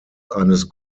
eines